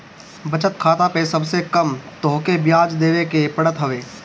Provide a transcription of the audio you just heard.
बचत खाता पअ सबसे कम तोहके बियाज देवे के पड़त हवे